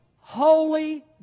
holy